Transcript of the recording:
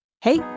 Hey